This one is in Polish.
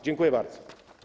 Dziękuję bardzo.